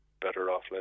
better-off